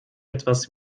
etwas